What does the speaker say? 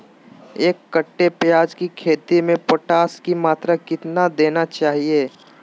एक कट्टे प्याज की खेती में पोटास की मात्रा कितना देना चाहिए?